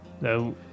No